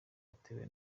yatewe